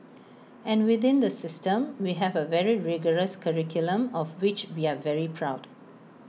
and within the system we have A very rigorous curriculum of which we are very proud